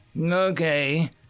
Okay